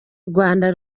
rwanda